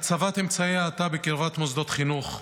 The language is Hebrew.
הצבת אמצעי האטה בקרבת מוסדות חינוך,